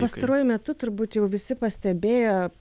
pastaruoju metu turbūt jau visi pastebėjo